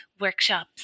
workshops